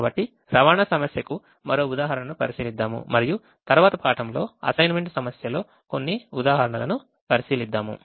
కాబట్టి రవాణా సమస్యకు మరో ఉదాహరణను పరిశీలిద్దాము మరియు తరువాత పాఠంలో అసైన్మెంట్ సమస్యలో కొన్ని ఉదాహరణలను పరిశీలిద్దాము